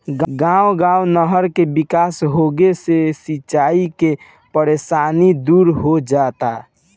गांव गांव नहर के विकास होंगे से सिंचाई के परेशानी दूर हो जाता